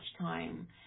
time